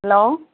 hello